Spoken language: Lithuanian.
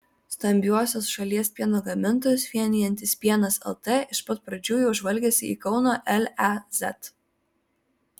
stambiuosius šalies pieno gamintojus vienijantis pienas lt iš pat pradžių jau žvalgėsi į kauno lez